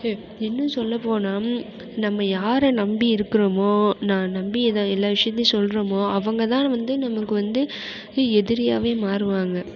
இன்னும் சொல்ல போனால் நம்ம யாரை நம்பி இருக்கிறமோ நான் நம்பி எல்லா விஷயத்தையும் சொல்கிறோமோ அவங்கதான் வந்து நமக்கு வந்து எதிரியாகவே மாறுவாங்க